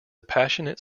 passionate